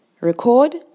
Record